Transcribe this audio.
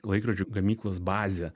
laikrodžių gamyklos bazę